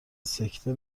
سکته